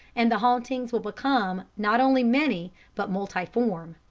and the hauntings will become not only many but multiform.